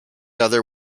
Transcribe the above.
other